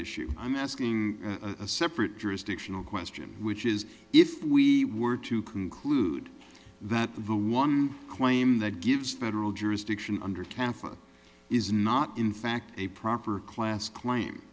issue i'm asking a separate jurisdictional question which is if we were to conclude that the one claim that gives federal jurisdiction under taffeta is not in fact a proper class claim